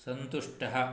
सन्तुष्टः